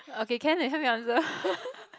okay can you help me answer